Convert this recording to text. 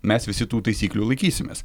mes visi tų taisyklių laikysimės